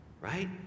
Right